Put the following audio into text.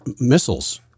missiles